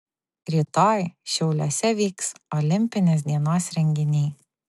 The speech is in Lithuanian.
rytoj šiauliuose vyks olimpinės dienos renginiai